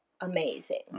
amazing